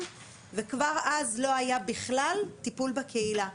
וכבר אז לא היה בכלל טיפול בקהילה.